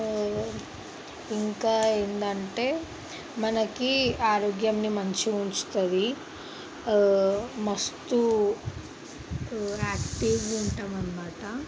ఇంకా ఏంటంటే మనకి ఆరోగ్యంని మంచి ఉంచుతుంది మస్తు యాక్టివ్గా ఉంటాం అన్నమాట